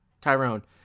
Tyrone